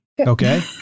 Okay